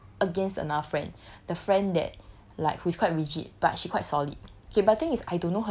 plan my timetable against another friend the friend that like who's quite rigid but she quite solid